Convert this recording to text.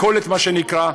מכולת מה שנקרא,